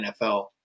NFL